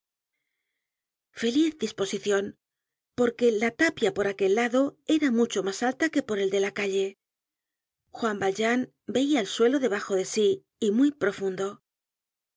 feliz disposicion porque la tapia por aquel lado era mucho mas alia que por el de la calle juan valjean veia el suelo debajo de sí y muy profundo